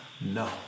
No